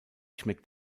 schmeckt